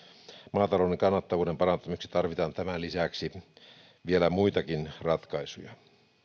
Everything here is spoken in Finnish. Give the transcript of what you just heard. maatalouden kannattavuuden parantamiseksi tarvitaan tämän lisäksi vielä muitakin ratkaisuja